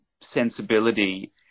sensibility